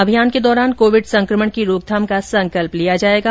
अभियान के दौरान कोविड संक्रमण की रोकथाम का संकल्प लिया जाएगा